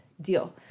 deal